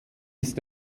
ist